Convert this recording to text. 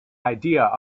idea